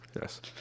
yes